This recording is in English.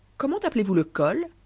coment appelle vous le col